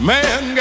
Man